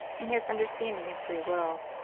and has understanding and free will.